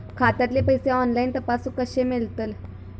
खात्यातले पैसे ऑनलाइन तपासुक कशे मेलतत?